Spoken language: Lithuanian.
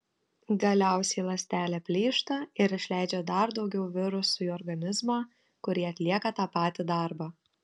galiausiai ląstelė plyšta ir išleidžia dar daugiau virusų į organizmą kurie atlieka tą patį darbą